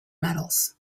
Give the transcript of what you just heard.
metals